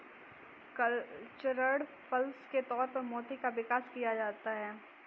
cultured pearls के तौर पर मोती का विकास किया जाता है